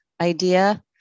idea